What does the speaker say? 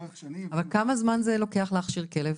כמה זמן לוקח להכשיר כלב?